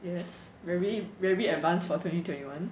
yes very very advanced for twenty twenty one